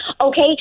Okay